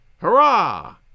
Hurrah